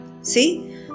See